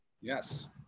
yes